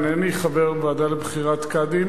אינני חבר הוועדה לבחירת קאדים,